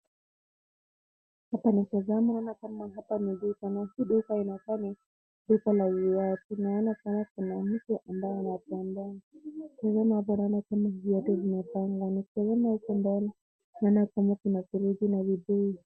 Hapa nikitazama naona kama ni duka. Na hii duka ni duka la viatu. Naona kama kuna watu wanatembea. Nikitazama naona zimepangwa.